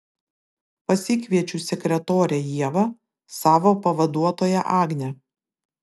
pasikviečiu sekretorę ievą savo pavaduotoją agnę